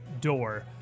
door